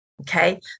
Okay